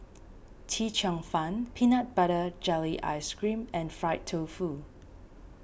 Chee Cheong Fun Peanut Butter Jelly Ice Cream and Fried Tofu